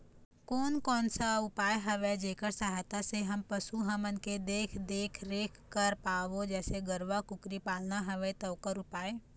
कोन कौन सा उपाय हवे जेकर सहायता से हम पशु हमन के देख देख रेख कर पाबो जैसे गरवा कुकरी पालना हवे ता ओकर उपाय?